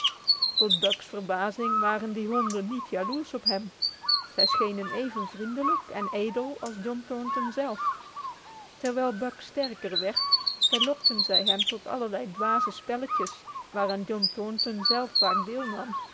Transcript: tot buck's verbazing waren die honden niet jaloers op hem zij schenen even vriendelijk en edel als john thornton zelf terwijl buck sterker werd verlokten zij hem tot allerlei dwaze spelletjes waaraan john thornton zelf vaak deelnam